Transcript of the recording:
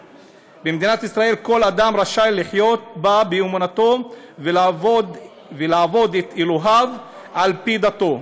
במדינת ישראל כל אדם רשאי לחיות באמונתו ולעבוד את אלוהיו על פי דתו,